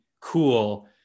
cool